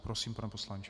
Prosím, pane poslanče.